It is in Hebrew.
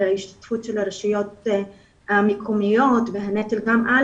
על ההשתתפות של הרשויות המקומיות והנטל גם על